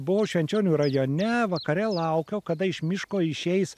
buvau švenčionių rajone vakare laukiau kada iš miško išeis